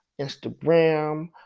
Instagram